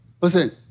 Listen